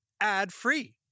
ad-free